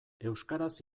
euskaraz